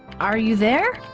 are you there?